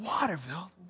Waterville